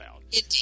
Indeed